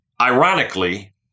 ironically